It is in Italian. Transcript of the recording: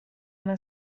una